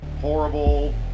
horrible